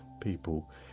people